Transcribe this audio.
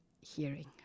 hearing